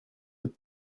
with